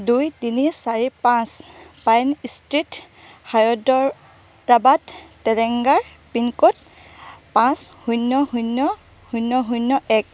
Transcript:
দুই তিনি চাৰি পাঁচ pine street Hyderabad Telangana pincode পাঁচ শূন্য শূন্য শূন্য শূন্য এক